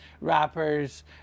rappers